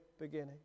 beginning